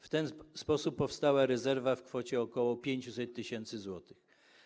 W ten sposób powstała rezerwa w kwocie ok. 500 tys. zł.